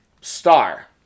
star